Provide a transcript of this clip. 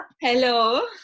Hello